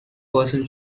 person